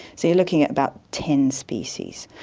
so you're looking at about ten species.